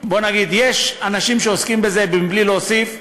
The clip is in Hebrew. בוא נגיד, יש אנשים שעוסקים בזה, בלי להוסיף,